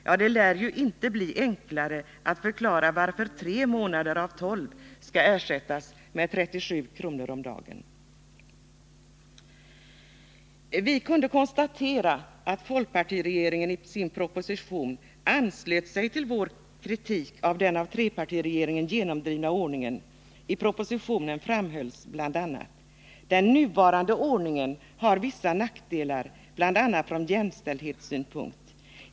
Ja, det lär inte bli enklare att förklara varför tre månader av tolv skall ersättas med 37 kr. om dagen! Vi kunde konstatera att folkpartiregeringen i sin proposition anslöt sig till vår kritik av den av trepartiregeringen genomdrivna ordningen. I propositionen framhölls bl.a.: ”Den nuvarande ordningen har haft vissa nackdelar, bl.a. från jämställdhetssynpunkt.